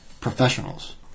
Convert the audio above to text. professionals